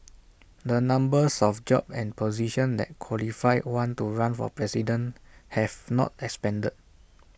the numbers of jobs and positions that qualify one to run for president have not expanded